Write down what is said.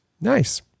Nice